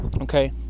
Okay